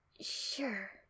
Sure